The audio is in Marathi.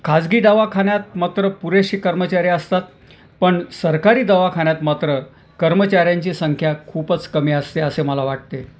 खाजगी दवाखान्यात मात्र पुरेशी कर्मचारी असतात पण सरकारी दवाखान्यात मात्र कर्मचाऱ्यांची संख्या खूपच कमी असते असे मला वाटते